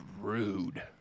rude